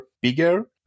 bigger